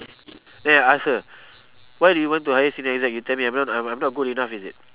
then I ask her why do you want to hire senior exec you tell me I'm not uh I'm not good enough is it